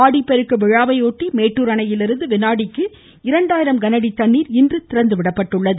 ஆடிப்பெருக்கு விழாவையொட்டி மேட்டூர் அணையிலிருந்து வினாடிக்கு இரண்டாயிரம் கனஅடி தண்ணீர் இன்று திறக்கப்பட்டுள்ளது